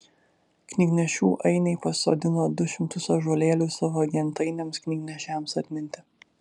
knygnešių ainiai pasodino du šimtus ąžuolėlių savo gentainiams knygnešiams atminti